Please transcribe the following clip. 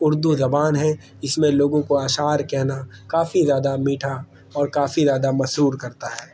اردو زبان ہے اس میں لوگوں کو اشعار کہنا کافی زیادہ میٹھا اور کافی زیادہ مشہور کرتا ہے